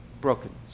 broken